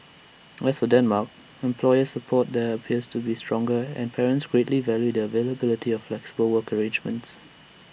as for Denmark employer support there appears to be stronger and parents greatly value the availability of flexible work arrangements